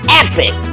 epic